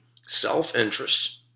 self-interest